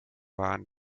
waren